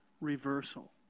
reversal